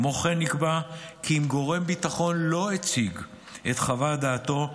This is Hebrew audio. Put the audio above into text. כמו כן נקבע כי אם גורם ביטחון לא הציג את חוות דעתו,